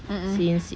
mmhmm